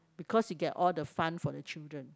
because you get all the fun for the children